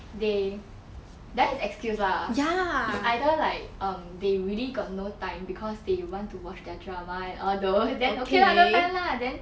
they that is excuse lah is either like um they really got no time because they want to watch their drama and all those then okay lah no time lah then